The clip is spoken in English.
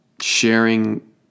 sharing